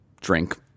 drink